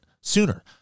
sooner